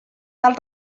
tal